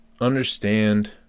Understand